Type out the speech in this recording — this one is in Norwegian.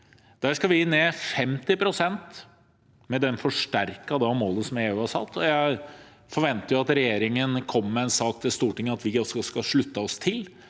Der skal vi ned 50 pst. med det forsterkede målet EU har satt. Jeg forventer at regjeringen kommer med en sak til Stortinget om at vi også skal slutte oss til